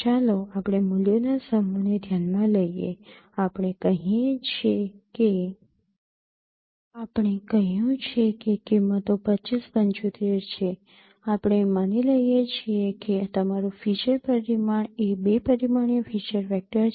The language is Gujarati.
ચાલો આપણે મૂલ્યોના સમૂહને ધ્યાનમાં લઈએ આપણે કહીએ છે કે આપણે કહ્યું છે કે કિંમતો ૨૫ ૭૫ છે આપણે માની લઈએ છીએ કે તમારું ફીચર પરિમાણ એ બે પરિમાણીય ફીચર વેક્ટર છે